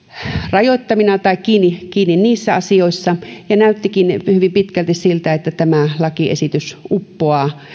rajoittamina tai kiinni kiinni niissä asioissa ja näyttikin hyvin pitkälti siltä että tämä lakiesitys uppoaa